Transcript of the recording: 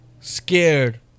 scared